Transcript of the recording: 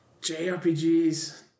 JRPGs